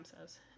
says